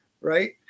Right